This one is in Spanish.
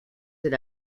del